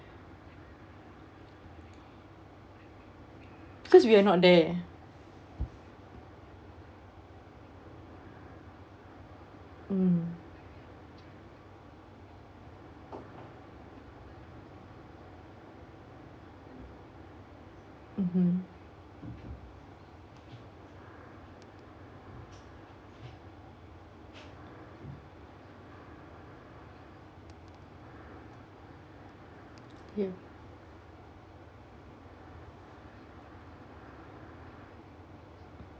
because we are not there mm mmhmm ya